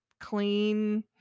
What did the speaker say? clean